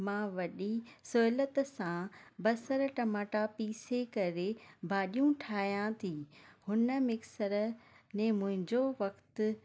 मां वॾी सहुलियत सां बसर टमाटा पीसे करे भाॼियूं ठाहियां थी हुन मिक्सर ने मुंहिंजो वक़्तु